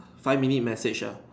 five minute message ah